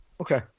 Okay